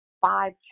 five